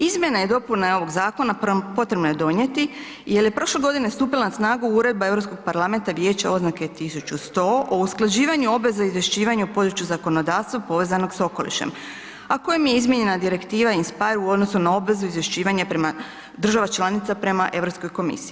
Izmjene i dopune ovog zakona potrebno je donijeti jel je prošle godine stupila na snagu Uredba Europskog parlamenta i vijeća oznake 1100 o usklađivanju obveze izvješćivanja u području zakonodavstva povezanog s okolišem, a kojim je izmijenjena Direktiva in speyer u odnosu na obvezu izvješćivanja prema, država članica prema Europskoj komisiji.